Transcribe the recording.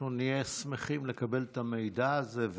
אנחנו נהיה שמחים לקבל את המידע הזה,